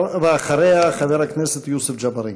ואחריה, חבר הכנסת יוסף ג'בארין.